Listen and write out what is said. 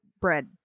Bread